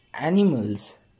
Animals